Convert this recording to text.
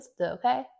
Okay